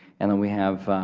and then we have